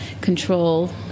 control